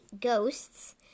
ghosts